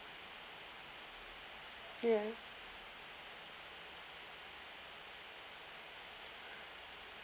yeah